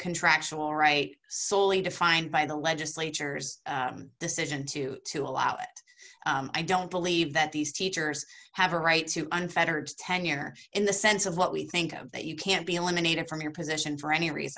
contractual right soley defined by the legislature's decision to to allow it i don't believe that these teachers have a right to unfettered tenure in the sense of what we think of that you can't be eliminated from your position for any reason